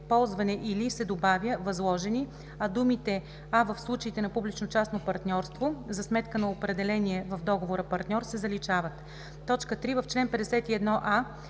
„ползване или“ се добавя „възложени“, а думите „а в случаите на публично-частно партньорство - за сметка на определения в договора партньор“ се заличават. 3. В чл. 51а: